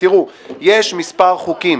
יש מספר חוקים